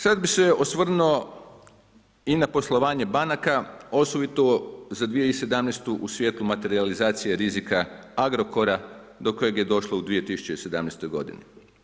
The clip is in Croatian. Sad bih se osvrnuo i na poslovanje banaka osobito za 2017. u svijetlu materijalizacije rizika Agrokora do kojeg je došlo u 2017. godini.